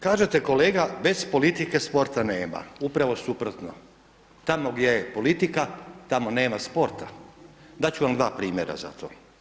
Kažete kolega bez politike sporta nema, upravo suprotno, tamo gdje je politika, tamo nema sporta, dat ću vam dva primjera za to.